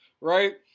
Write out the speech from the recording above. Right